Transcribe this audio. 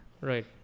right